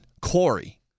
Corey